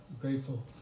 grateful